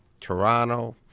Toronto